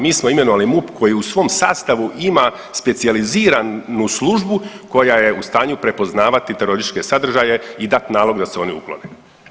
Mi smo imenovali MUP koji u svom sastavu ima specijaliziranu službu koja je u stanju prepoznavati terorističke sadržaje i dat nalog da se oni uklone.